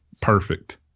perfect